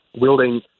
wielding